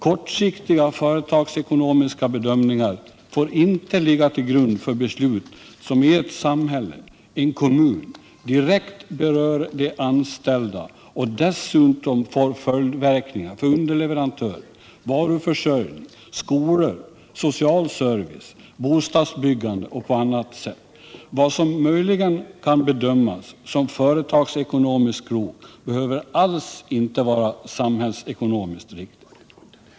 Kortsiktiga företagsekonomiska bedömningar får inte ligga till grund för beslut som i ett samhälle, en kommun, direkt berör de anställda och dessutom får följdverkningar för underleverantörer, varuförsörjning, skolor och social service, bostadsbyggande och på annat sätt. Vad som möjligen kan bedömas som företagsekonomiskt klokt behöver inte alls vara samhällsekonomiskt riktigt.